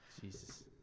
Jesus